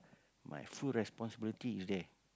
my full responsibility is there